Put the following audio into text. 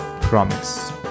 promise